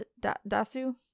Dasu